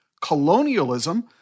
Colonialism